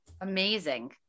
Amazing